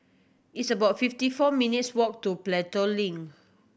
it's about fifty four minutes' walk to Pelton Link